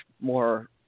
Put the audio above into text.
more